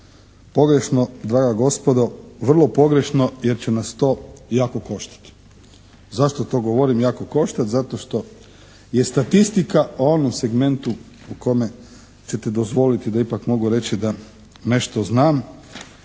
Pogrešno draga gospodo, vrlo pogrešno jer će nas to jako koštati. Zašto to govorim jako koštati? Zato što je statistika o onom segmentu u kome ćete dozvoliti da ipak mogu reći da nešto znam,